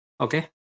okay